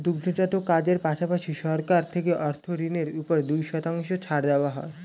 দুগ্ধজাত কাজের পাশাপাশি, সরকার থেকে অর্থ ঋণের উপর দুই শতাংশ ছাড় দেওয়া হয়